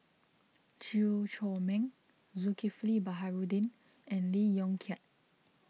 Chew Chor Meng Zulkifli Baharudin and Lee Yong Kiat